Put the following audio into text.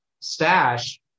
Stash